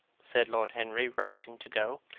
said lord henry, rising to go,